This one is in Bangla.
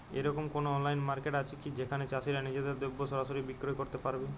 এরকম কোনো অনলাইন মার্কেট আছে কি যেখানে চাষীরা নিজেদের দ্রব্য সরাসরি বিক্রয় করতে পারবে?